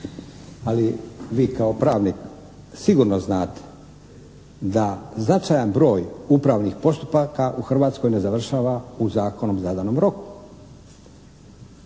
Ali vi kao pravnik sigurno znate da značajan broj upravnih postupaka u Hrvatskoj ne završava u zakonom zadanom roku.